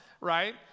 right